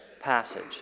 passage